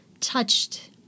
touched